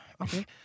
okay